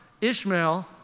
Ishmael